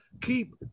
Keep